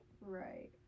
Right